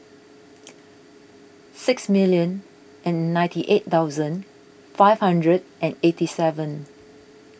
six million and ninety eight thousand five hundred and eighty seven